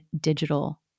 digital